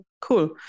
cool